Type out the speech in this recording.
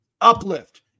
Uplift